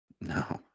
No